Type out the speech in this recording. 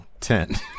Ten